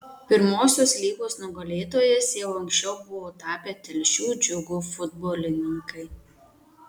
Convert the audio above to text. pirmosios lygos nugalėtojais jau anksčiau buvo tapę telšių džiugo futbolininkai